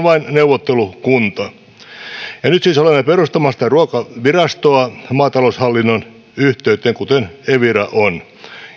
vain neuvottelukunta nyt siis olemme perustamassa tätä ruokavirastoa maataloushallinnon yhteyteen kuten evira on